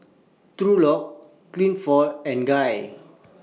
Thurlow Clifford and Guy